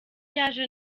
yaje